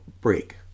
break